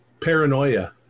Paranoia